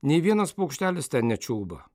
nei vienas paukštelis ten nečiulba